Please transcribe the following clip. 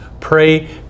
pray